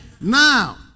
Now